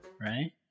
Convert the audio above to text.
right